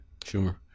Schumer